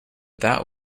that